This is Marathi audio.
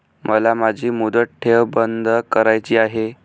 मला माझी मुदत ठेव बंद करायची आहे